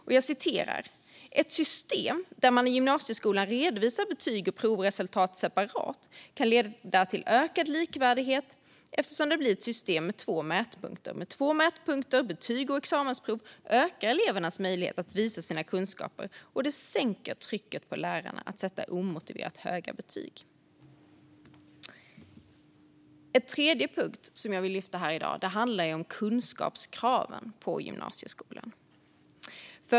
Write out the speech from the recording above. Man skriver följande: "Ett system där man i gymnasieskolan redovisar betyg och provresultat separat kan leda till ökad likvärdighet eftersom det blir ett system med två mätpunkter. Med två mätpunkter, betyg och examensprov, ökar elevers möjlighet att visa sina kunskaper och det sänker trycket på lärarna att sätta omotiverat höga betyg." En tredje punkt som jag vill lyfta här i dag handlar om kunskapskraven i gymnasieskolan.